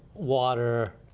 water,